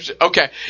Okay